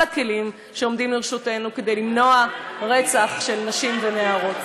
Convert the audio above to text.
הכלים שעומדים לרשותנו כדי למנוע רצח של נשים ונערות.